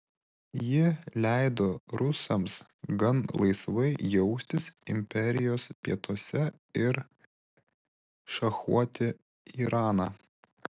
ji leido rusams gan laisvai jaustis imperijos pietuose ir šachuoti iraną